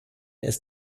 ist